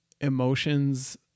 emotions